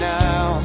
now